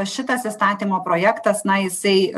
šitas įstatymo projektas na jisai